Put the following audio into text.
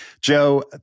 Joe